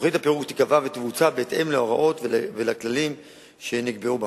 תוכנית הפירוק תיקבע ותבוצע בהתאם להוראות ולכללים שנקבעו בחוק.